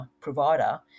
provider